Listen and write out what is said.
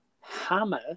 hammer